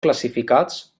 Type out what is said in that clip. classificats